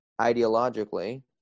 ideologically